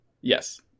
Yes